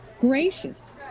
Gracious